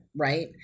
right